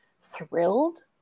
thrilled